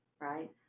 right